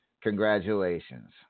Congratulations